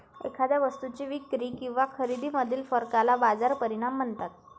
एखाद्या वस्तूच्या विक्री किंवा खरेदीमधील फरकाला बाजार परिणाम म्हणतात